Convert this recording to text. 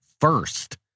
first